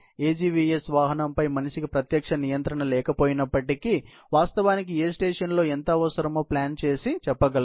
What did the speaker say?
AGVS వాహనంపై మనిషికి ప్రత్యక్ష నియంత్రణ లేకపోయినప్పటికి కానీ వాస్తవానికి ఏ స్టేషన్లో ఎంత అవసరమో ప్లాన్ చేసి చెప్పగలదు